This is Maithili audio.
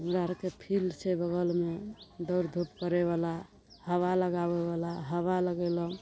हमरा आरके फील्ड छै बगलमे दौड़ धूप करै बला हवा लगाबै बला हवा लगेलहुॅं